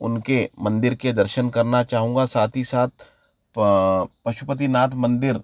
उनके मंदिर के दर्शन करना चाहूँगा और साथ ही साथ पशुपतिनाथ मंदिर